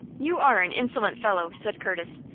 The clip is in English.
you are an insolent fellow! said curtis,